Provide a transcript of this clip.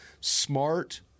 smart